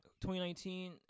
2019